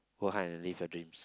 work hard and live your dreams